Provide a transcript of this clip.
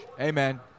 Amen